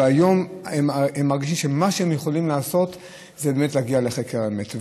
והיום הן מרגישות שמה שהן יכולות לעשות זה באמת להגיע לחקר האמת.